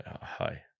hi